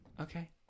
Okay